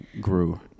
grew